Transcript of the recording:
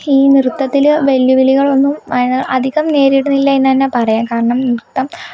ഈ നൃത്തത്തില് വെല്ലുവിളികളൊന്നും അധികം നേരിടുന്നില്ലായെന്ന് തന്നെ പറയാം കാരണം നൃത്തം